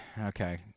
okay